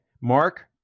Mark